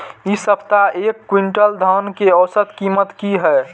इ सप्ताह एक क्विंटल धान के औसत कीमत की हय?